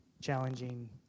challenging